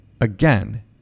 again